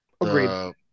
agreed